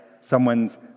someone's